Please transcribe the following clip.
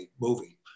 movie